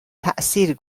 تأثیر